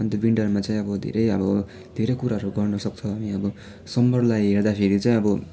अन्त विन्टरमा चाहिँ अब धेरै अब धेरै कुराहरू गर्नसक्छौँ हामी अब समरलाई हेर्दाखेरि चाहिँ अब